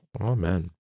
Amen